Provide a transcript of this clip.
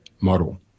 model